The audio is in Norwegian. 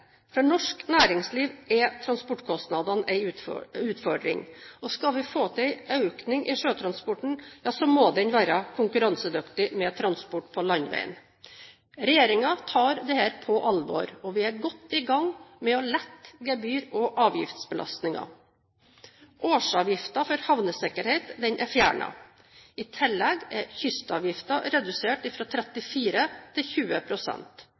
For norsk næringsliv er transportkostnadene en utfordring, og skal vi få en økning i sjøtransporten, må den være konkurransedyktig med transport på landeveien. Regjeringen tar dette på alvor, og vi er godt i gang med å lette gebyr- og avgiftsbelastningen. Årsavgiften for havnesikkerhet er fjernet. I tillegg er kystavgiften redusert fra 34 pst. til